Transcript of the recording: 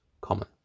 Common